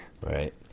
right